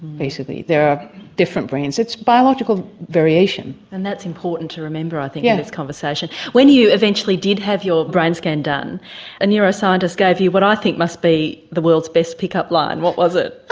basically, there are different brains. it's biological variation. and that's important to remember i think in yeah this conversation. when you eventually did have your brain scan done a neuroscientist gave you what i think must be the world's best pick-up line, what was it?